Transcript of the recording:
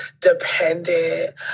dependent